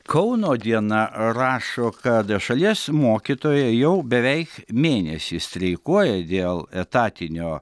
kauno diena rašo kad šalies mokytojai jau beveik mėnesį streikuoja dėl etatinio